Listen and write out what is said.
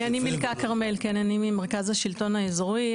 אני ממרכז השלטון האזורי.